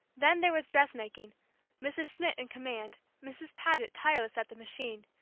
then there was dressmaking mrs. schmidt in command, mrs. paget tireless at the machine,